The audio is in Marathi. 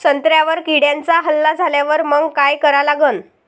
संत्र्यावर किड्यांचा हल्ला झाल्यावर मंग काय करा लागन?